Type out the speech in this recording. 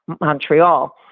Montreal